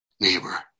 neighbor